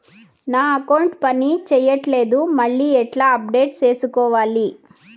నా అకౌంట్ పని చేయట్లేదు మళ్ళీ ఎట్లా అప్డేట్ సేసుకోవాలి?